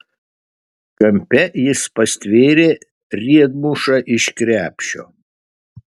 kampe jis pastvėrė riedmušą iš krepšio